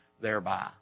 thereby